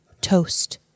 Toast